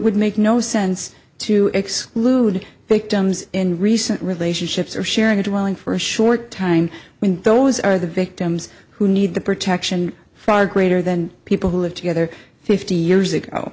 would make no sense to exclude victims in recent relationships or sharing a dwelling for a short time when those are the victims who need the protection far greater than people who live together fifty years ago